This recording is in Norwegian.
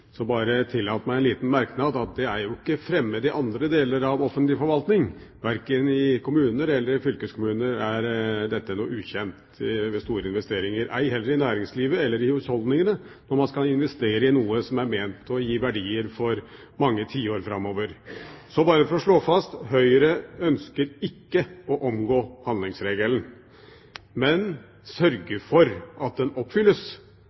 Det er ikke fremmed i andre deler av offentlig forvaltning. Verken i kommuner eller i fylkeskommuner er dette ukjent ved store investeringer – ei heller i næringslivet eller i husholdningene, når man skal investere i noe som er ment å gi verdier for mange tiår framover. Så bare for å slå det fast: Høyre ønsker ikke å omgå handlingsregelen, men ønsker å sørge for at den oppfylles.